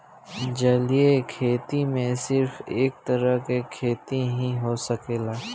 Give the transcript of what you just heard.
जलीय खेती में सिर्फ एक तरह के खेती ही हो सकेला